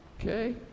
Okay